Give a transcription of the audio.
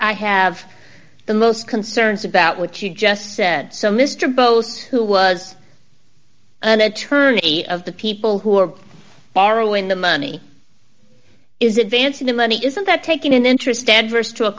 i have the most concerns about what you just said so mr boast who was an attorney of the people who are borrowing the money is it dancing the money isn't that taking an interest adverse to a